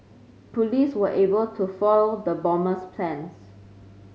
police were able to foil the bomber's plans